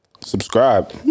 Subscribe